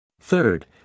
Third